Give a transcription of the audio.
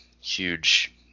huge